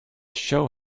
show